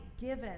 given